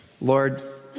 Lord